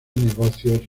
negocios